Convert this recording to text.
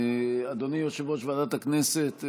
אדוני יושב-ראש ועדת הכנסת,